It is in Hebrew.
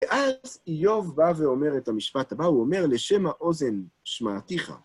ואז איוב בא ואומר את המשפט הבא, הוא אומר, לשם האוזן שמעתיך.